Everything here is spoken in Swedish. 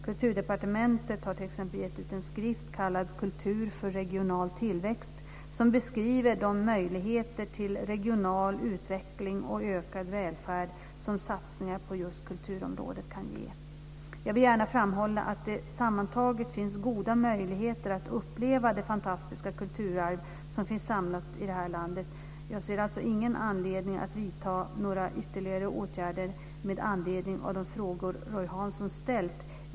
Kulturdepartementet har t.ex. gett ut en skrift kallad Kultur för regional tillväxt, som beskriver de möjligheter till regional utveckling och ökad välfärd som satsningar på just kulturområdet kan ge. Jag vill gärna framhålla att det sammantaget finns goda möjligheter att uppleva det fantastiska kulturarv som finns samlat i det här landet. Jag ser alltså ingen anledning att vidta några ytterligare åtgärder med anledning av de frågor Roy Hansson ställt.